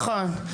נכון.